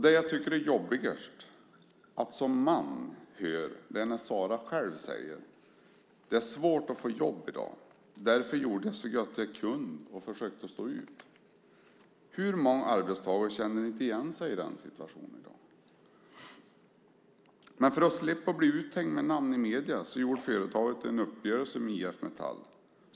Det jobbigaste är att som man höra Sara säga att eftersom det är svårt att få jobb i dag gjorde hon så gott hon kunde och försökte stå ut. Hur många arbetstagare känner inte igen sig i den situationen? För att slippa bli uthängt med namn i medierna gjorde företaget en uppgörelse med IF Metall.